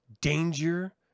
danger